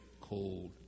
cold